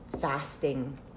fasting